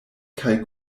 kaj